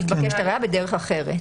ומתבקשת ראיה בדרך אחרת.